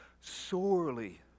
sorely